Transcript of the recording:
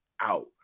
out